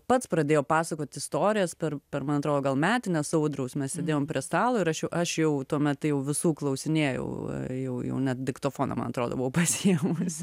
pats pradėjo pasakot istorijas per per man atrodo gal metines audriaus mes sėdėjom prie stalo ir aš jau aš jau tuomet jau visų klausinėjau jau jau net diktofoną man atrodo buvo pasiėmusi